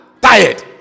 tired